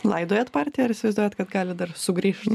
laidojat partiją ar įsivaizduojat kad gali dar sugrįžt